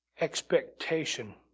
expectation